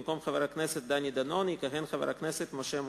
במקום חבר הכנסת דני דנון יכהן חבר הכנסת משה מטלון.